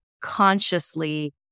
consciously